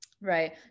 Right